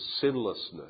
sinlessness